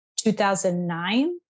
2009